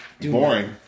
Boring